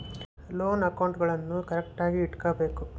loan ಅಕೌಂಟ್ಗುಳ್ನೂ ಕರೆಕ್ಟ್ಆಗಿ ಇಟಗಬೇಕು